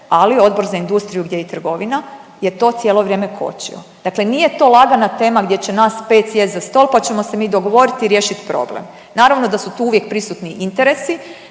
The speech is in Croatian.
ali Odbor za industriju gdje je i trgovina je to cijelo vrijeme kočio. Dakle, nije to lagana tema gdje će nas pet sjest za stol pa ćemo se mi dogovorit i riješit problem, naravno da su tu uvijek prisutni interesi